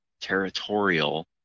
territorial